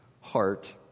heart